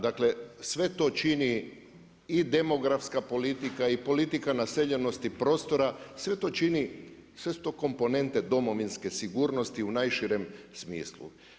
Dakle, sve to čini, i demografska politika i politika naseljenosti prostora, sve su to komponente Domovinske sigurnosti u najširem smislu.